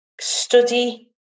study